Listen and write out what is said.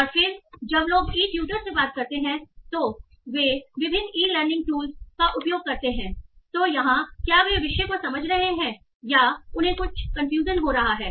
और फिर जब लोग ई ट्यूटर से बात कर रहे हैं तो वे विभिन्न ई लर्निंग टूल का उपयोग करते हैं तो यहां क्या वे विषय को समझ रहे हैं या उन्हें कुछ कन्फ्यूजन हो रहा है